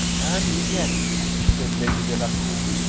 and yet, said lady delacour,